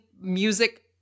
music